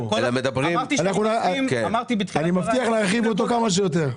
--- אמרתי בתחילת דבריי -- אני מבטיח להרחיב אותו כמה שיותר.